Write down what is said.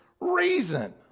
reason